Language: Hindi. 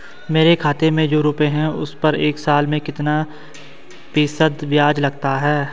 मेरे खाते में जो रुपये हैं उस पर एक साल में कितना फ़ीसदी ब्याज लगता है?